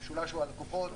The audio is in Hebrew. המשולש הוא הלקוחות,